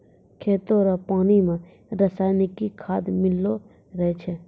खेतो रो पानी मे रसायनिकी खाद मिल्लो रहै छै